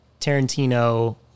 Tarantino